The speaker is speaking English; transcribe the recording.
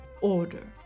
order